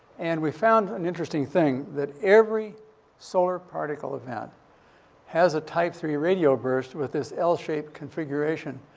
and we found an interesting thing, that every solar particle event has a type-three radio burst with this l-shaped configuration.